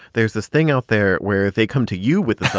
there's this thing out there where they come to you with ah